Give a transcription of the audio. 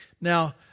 Now